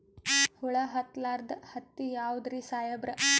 ಹುಳ ಹತ್ತಲಾರ್ದ ಹತ್ತಿ ಯಾವುದ್ರಿ ಸಾಹೇಬರ?